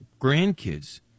grandkids